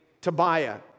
Tobiah